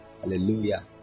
hallelujah